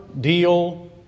deal